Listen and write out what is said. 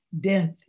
death